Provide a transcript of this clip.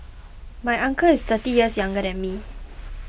my uncle is thirty years younger than me